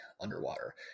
underwater